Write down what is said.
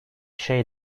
şey